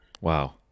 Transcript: Wow